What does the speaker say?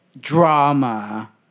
drama